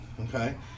Okay